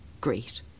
great